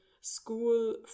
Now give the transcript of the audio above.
school